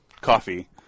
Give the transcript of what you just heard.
coffee